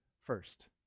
first